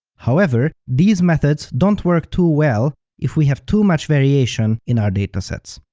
however, these methods don't work too well if we have too much variation in our datasets.